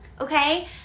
Okay